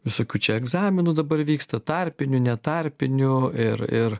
visokių čia egzaminų dabar vyksta tarpinių ne tarpinių ir ir